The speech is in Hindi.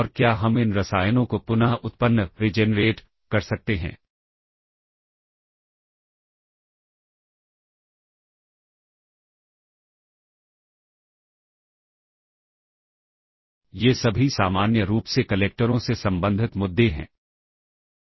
इसलिए आपको सबरूटीन में स्टैक पॉइंटर को संशोधित नहीं करना चाहिए